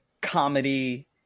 comedy